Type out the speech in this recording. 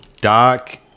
Doc